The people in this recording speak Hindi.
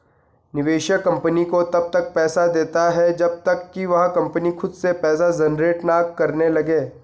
निवेशक कंपनी को तब तक पैसा देता है जब तक कि वह कंपनी खुद से पैसा जनरेट ना करने लगे